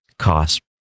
cost